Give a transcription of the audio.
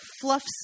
fluffs